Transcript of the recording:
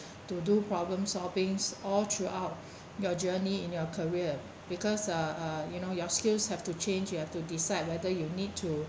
to do problem solvings all throughout your journey in your career because uh uh you know your skills have to change you have to decide whether you need to